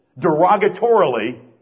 derogatorily